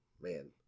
Man